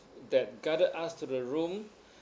that guided us to the room